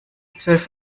zwölf